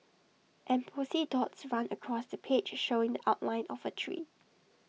embossed dots run across the page showing the outline of A tree